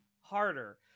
harder